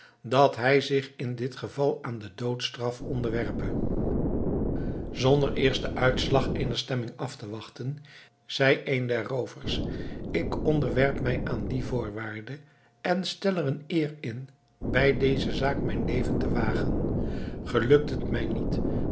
dat hij zich in dit geval aan de doodstraf onderwerpe zonder eerst den uitslag eener stemming af te wachten zei een der roovers ik onderwerp mij aan die voorwaarde en stel er een eer in bij deze zaak mijn leven te wagen gelukt het mij niet